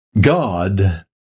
God